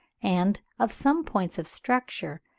and of some points of structure,